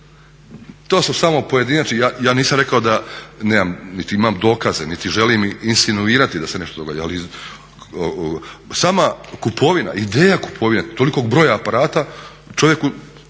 To su samo pojedinačni, ja nisam rekao da nemam niti imam dokaze niti želim insinuirati da se nešto događa, ali sama kupovina ideja kupovine tolikog broja aparata čovjeku